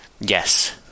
Yes